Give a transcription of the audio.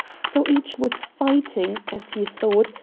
so each was fighting, as he thought,